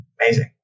amazing